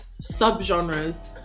sub-genres